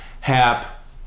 Hap